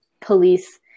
police